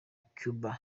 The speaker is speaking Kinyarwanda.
cuba